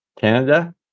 canada